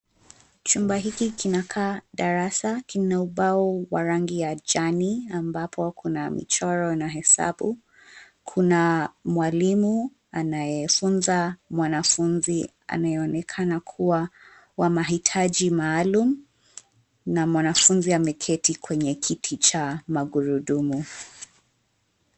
Chumba hiki kinakaa darasa, kina ubao wa rangi ya jani ambapo kuna michoro na hesabu. Kuna mwalimu anayefunza mwanfunzi anayeonekana kuwa wa mahitaji maalum na mwanafunzi ameketi kwenye kiti cha magurudumu.